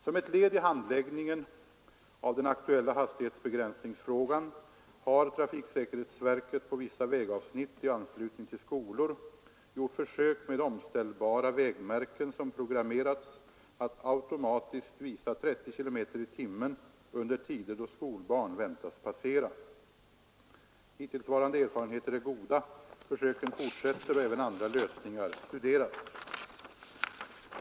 Som ett led i handläggningen av den aktuella hastighetsbegränsningsfrågan har trafiksäkerhetsverket på vissa vägavsnitt i anslutning till skolor gjort försök med omställbara vägmärken, som programmerats att automatiskt visa 30 km/tim under tid då skolbarn väntas passera. Hittillsvarande erfarenheter är goda. Försöken fortsätter och även andra lösningar studeras.